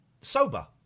sober